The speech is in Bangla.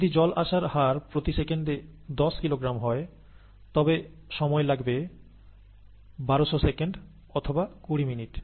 যদি জল আসার হার প্রতি সেকেন্ডে 10 কিলোগ্রাম হয় তবে সময় লাগবে 1200 সেকেন্ড অথবা কুড়ি মিনিট